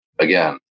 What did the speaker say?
again